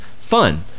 fun